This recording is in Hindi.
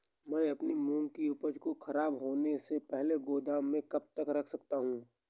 मैं अपनी मूंग की उपज को ख़राब होने से पहले गोदाम में कब तक रख सकता हूँ?